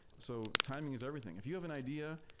so timing is everything. if you have an idea,